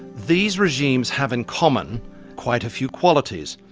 these regimes have in common quite a few qualities.